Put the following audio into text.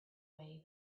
way